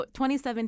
2017